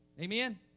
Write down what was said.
Amen